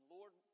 Lord